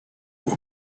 know